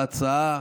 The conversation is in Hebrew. בהצעה.